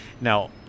Now